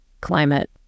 climate